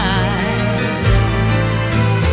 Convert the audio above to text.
eyes